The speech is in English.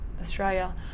Australia